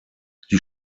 die